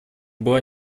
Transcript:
была